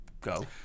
go